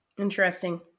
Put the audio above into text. Interesting